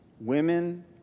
women